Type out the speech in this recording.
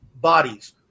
bodies